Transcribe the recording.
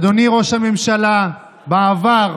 אדוני ראש הממשלה בעבר,